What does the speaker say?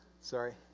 Sorry